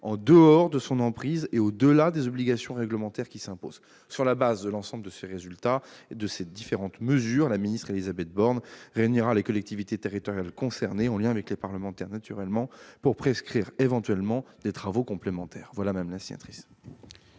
en dehors de son emprise et au-delà des obligations réglementaires qui s'imposent. Sur la base de l'ensemble des résultats de ces différentes mesures, la ministre Élisabeth Borne réunira les collectivités territoriales concernées, en liaison, naturellement, avec les parlementaires, pour prescrire éventuellement des travaux complémentaires. La parole